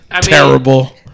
Terrible